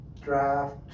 draft